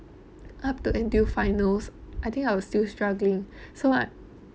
up to until finals I think I was still struggling so I